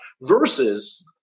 versus